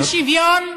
על שוויון?